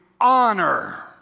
honor